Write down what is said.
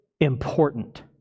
important